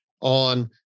on